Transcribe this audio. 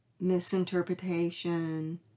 misinterpretation